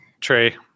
Trey